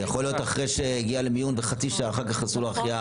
יכול להיות גם מוסע שחצי שעה אחרי שהגיע למיון נפטר.